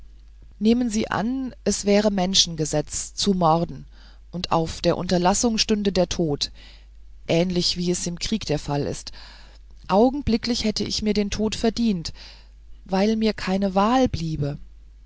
nehmen sie an es wäre menschengesetz zu morden und auf der unterlassung stünde der tod ähnlich wie es im krieg der fall ist augenblicklich hätte ich mir den tod verdient weil mir keine wahl bliebe